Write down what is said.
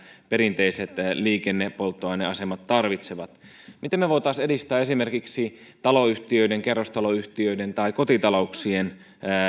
perinteiset liikennepolttoaineasemat miten me voisimme edistää esimerkiksi taloyhtiöiden kerrostaloyhtiöiden tai kotitalouksien